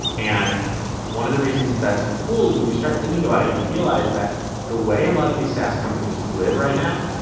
and one of the reasons that that's so cool is when you start thinking about it, you realize that the way a lot of the sass companies live right now,